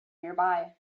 nearby